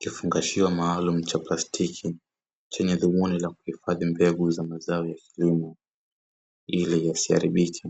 Kifungashio maalumu cha plastiki chenye dhumuni la kuhifadhi mbegu za mazao ya kilimo ili yasiharibike